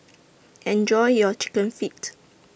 Enjoy your Chicken Feet